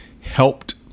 helped